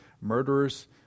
murderers